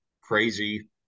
crazy